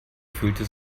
fühlte